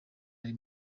ari